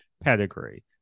pedigree